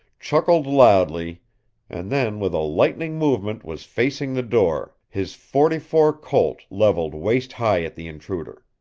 chuckled loudly and then with a lightning movement was facing the door, his forty-four colt leveled waist-high at the intruder.